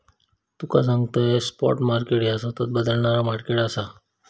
तुका सांगतंय, spot market ह्या सतत बदलणारा मार्केट आसा